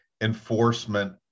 enforcement